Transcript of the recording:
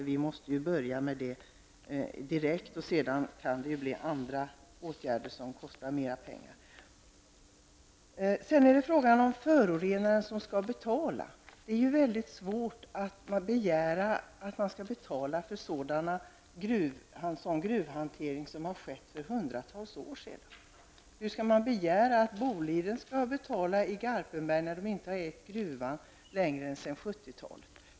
Vi måste börja direkt, och sedan kan ytterligare åtgärder som kostar mera pengar behöva vidtas. Det sades att förorenaren skall betala. Det är svårt att begära att någon skall betala för sådan gruvhantering som har skett för hundratals år sedan. Hur skall man kunna begära att Boliden skall betala i Garpenberg när företaget inte har ägt gruvan längre än sedan 70-talet?